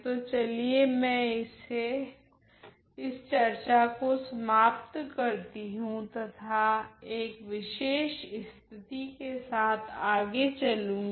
तो चलिए मैं इस चर्चा को समाप्त करती हूँ तथा एक विशेष स्थिति के साथ आगे चलूँगी